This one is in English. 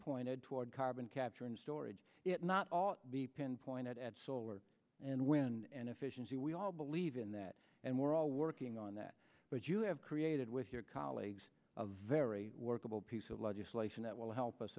pinpointed toward carbon capture and storage it not all be pin pointed at solar and wind and efficiency we all believe in that and we're all working on that but you have created with your colleagues a very workable piece of legislation that will help us